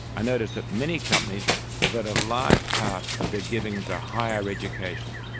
i notice that many companies devote a large part of their giving to higher education.